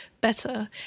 better